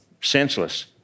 senseless